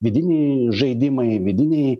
vidiniai žaidimai vidiniai